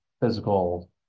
physical